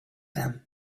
them